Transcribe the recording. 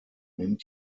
nimmt